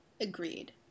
agreed